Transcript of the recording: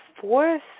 fourth